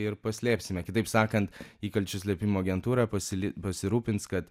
ir paslėpsime kitaip sakant įkalčių slėpimo agentūra pasili pasirūpins kad